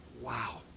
Wow